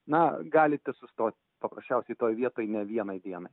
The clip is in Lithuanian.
na galite sustoti paprasčiausiai toj vietoj ne vienai dienai